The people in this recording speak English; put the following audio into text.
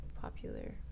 popular